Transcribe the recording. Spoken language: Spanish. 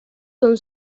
son